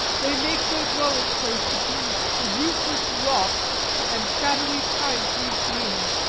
they make their dwelling-place between the roofless rocks and shadowy pine trees green.